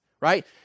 right